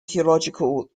theological